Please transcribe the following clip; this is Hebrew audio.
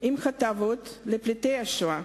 עם הטבות לפליטי השואה,